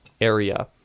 area